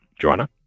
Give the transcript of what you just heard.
Joanna